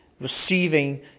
receiving